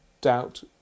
doubt